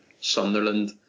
Sunderland